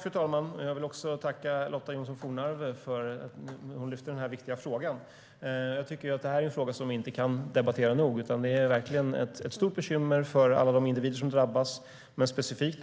Fru talman! Jag vill tacka Lotta Johnsson Fornarve för att hon har lyft fram denna viktiga fråga. Detta är en fråga som vi inte kan debattera nog. Det är verkligen ett stort bekymmer för alla de individer som drabbas, men specifikt